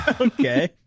Okay